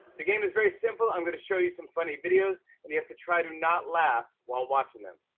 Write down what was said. the game is very simple. i'm gonna show you some funny videos, and you have to try to not laugh while watching them.